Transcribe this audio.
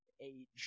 age